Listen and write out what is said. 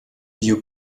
you